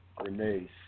Renee